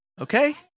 Okay